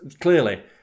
clearly